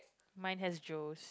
mine has Joe's